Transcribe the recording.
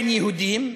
בין יהודים,